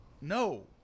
No